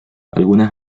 algunas